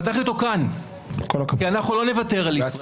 פתחתי אותו כאן כי אנחנו לא נוותר על ישראל.